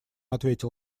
ответил